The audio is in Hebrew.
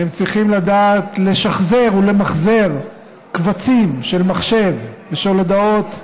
הם צריכים לדעת לשחזר ולמחזר קבצים של מחשב ושל הודעות בטלפון,